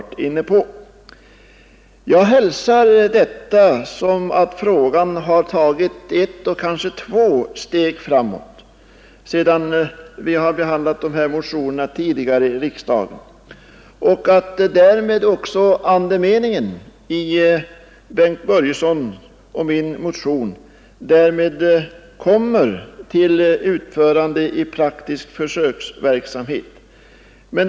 I och med detta anser jag att frågan har tagit ett eller kanske två steg framåt sedan vi behandlade motionerna tidigare i riksdagen. Därmed kommer också andemeningen i Bengt Börjessons och min motion till utförande i praktisk försöksverksamhet.